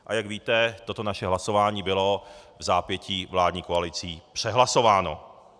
A jak víte, toto naše hlasování bylo vzápětí vládní koalicí přehlasováno.